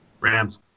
Rams